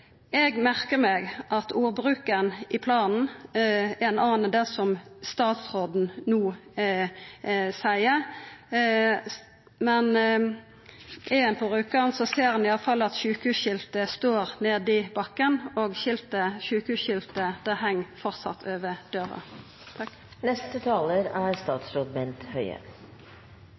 Eg merkar meg at ordbruken i planen er ein annan enn det som statsråden no seier, men er ein på Rjukan, ser ein i alle fall at sjukehusskiltet står nede i bakken, og sjukehusskiltet heng framleis over døra.